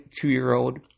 two-year-old